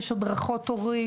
יש הדרכות הורים,